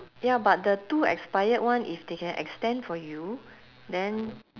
ya but the two expired one if they can extend for you then